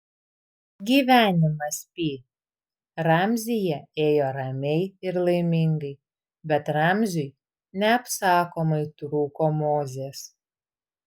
gyvenimas pi ramzyje ėjo ramiai ir laimingai bet ramziui neapsakomai trūko mozės